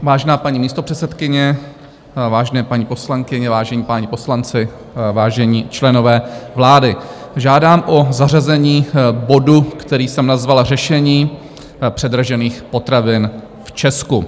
Vážená paní místopředsedkyně, vážené paní poslankyně, vážení páni poslanci, vážení členové vlády, žádám o zařazení bodu, který jsem nazval Řešení předražených potravin v Česku.